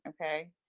okay